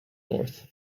north